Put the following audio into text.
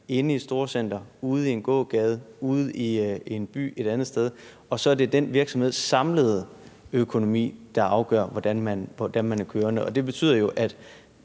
inde i et storcenter, ude i en gågade og ude i en by et andet sted, og så er det den virksomheds samlede økonomi, der afgør vurderingen af, hvordan den er kørende. Det betyder jo, at